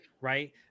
right